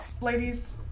Ladies